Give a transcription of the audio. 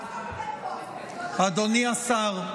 אדוני השר,